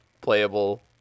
playable